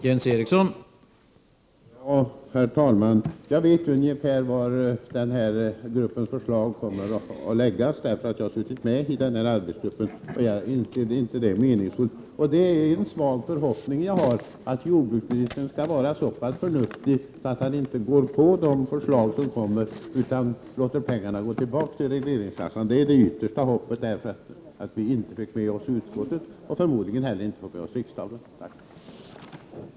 Herr talman! Jag vet ungefär hur arbetsgruppens förslag kommer att se ut, eftersom jag har suttit med i den. Jag anser inte det meningsfullt. Jag har en svag förhoppning om att jordbruksministern skall vara så förnuftig att han inte faller för de förslag som framläggs utan att han i stället låter pengarna gå tillbaka till regleringskassan. Det är det yttersta hoppet, eftersom vi inte fick med utskottet och förmodligen inte heller får riksdagen med på vårt förslag.